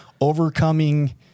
overcoming